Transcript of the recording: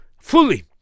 fully